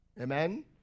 Amen